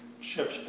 ships